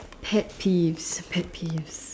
pet peeves pet peeves